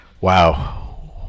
Wow